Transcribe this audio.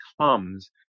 comes